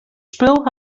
spul